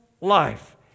life